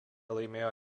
laimėjo